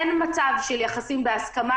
אין מצב של יחסים בהסכמה,